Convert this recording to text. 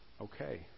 okay